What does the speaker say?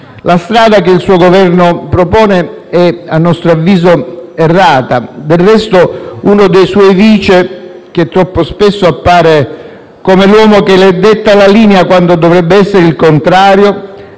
La strada che il suo Governo propone è, a nostro avviso, errata. Del resto, uno dei suoi Vice, che troppo spesso appare come l'uomo che le detta la linea (quando dovrebbe essere il contrario),